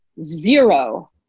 zero